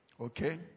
Okay